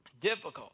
difficult